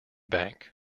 bank